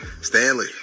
stanley